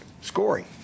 scoring